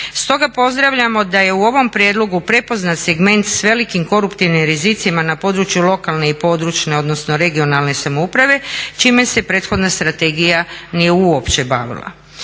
Stoga pozdravljamo da je u ovom prijedlogu prepoznat segment s velikim koruptivnim rizicima na području lokalne i područne odnosno regionalne samouprave čime se prethodna strategija nije uopće bavila.